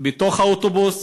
בתוך האוטובוס